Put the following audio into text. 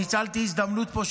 ניצלתי הזדמנות של